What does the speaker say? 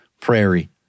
prairie